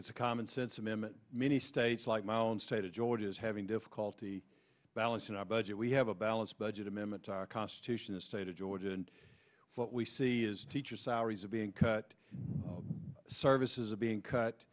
it's a commonsense amendment many states like my own state of georgia is having difficulty balancing our budget we have a balanced budget amendment to our constitution the state of georgia and what we see is teacher salaries are being cut services are being cut